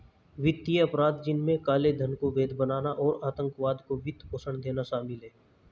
वित्तीय अपराध, जिनमें काले धन को वैध बनाना और आतंकवाद को वित्त पोषण देना शामिल है